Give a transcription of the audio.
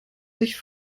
sich